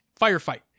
Firefight